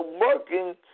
working